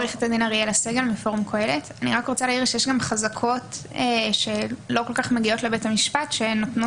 גם חזקות שלא כל כך מגיעות לבית המשפט שנותנת